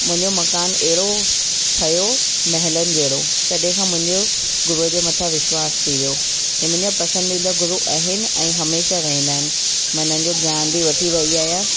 मुंहिजो मकान अहिड़ो ठहियो महलनि जहिड़ो तॾहिं खां मुंहिंजो गुरूअ जे मथां विश्वासु थी वियो ए मुंहिंजा पसंदीदा गुरु आहिनि ऐं हमेशह रहंदा आहिनि मन जो ज्ञान बि वठी रही आहियां